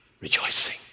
rejoicing